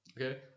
okay